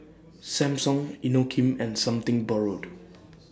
Samsung Inokim and Something Borrowed